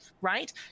right